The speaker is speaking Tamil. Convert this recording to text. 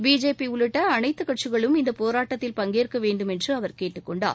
பிஜேபிஉள்ளிட்டஅனைத்துகட்சிகளும் இந்தபோராட்டத்தில் பங்கேற்கவேண்டுமென்றுஅவர் கேட்டுக் கொண்டார்